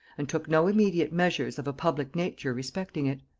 and took no immediate measures of a public nature respecting it.